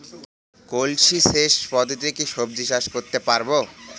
কলসি সেচ পদ্ধতিতে কি সবজি চাষ করতে পারব?